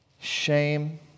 Shame